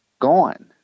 gone